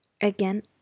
Again